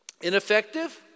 ineffective